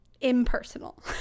impersonal